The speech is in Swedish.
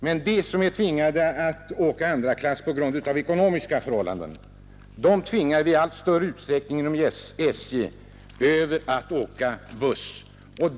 Men de som måste åka andra klass av ekonomiska skäl tvingar SJ i allt större utsträckning över till att åka buss.